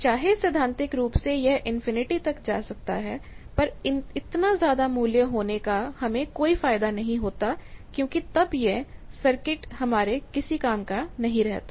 चाहे सैद्धांतिक रूप से यह इनफिनिटी तक जा सकता है पर इतना ज्यादा मूल्य होने का हमें कोई फायदा नहीं होता क्योंकि तब यह सर्किट हमारे किसी काम का नहीं रहता